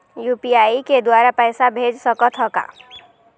UPI के द्वारा पैसा भेज सकत ह का?